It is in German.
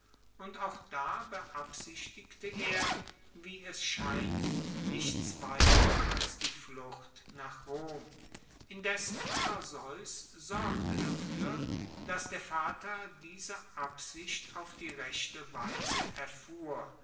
und auch da beabsichtigte er wie es scheint nichts weiter als die flucht nach rom indes perseus sorgte dafuer dass der vater diese absicht auf die rechte weise erfuhr